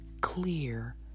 clear